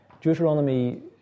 Deuteronomy